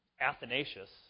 Athanasius